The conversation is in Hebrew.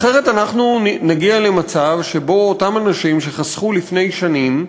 אחרת אנחנו נגיע למצב שבו אותם אנשים שחסכו לפני שנים,